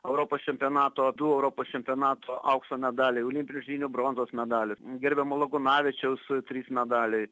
europos čempionato du europos čempionato aukso medaliai olimpinių žaidynių bronzos medalį gerbiamo lagūnavičiaus trys medaliai